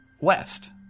west